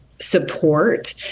support